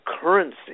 currency